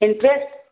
interest